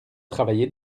travaillez